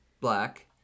black